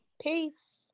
Peace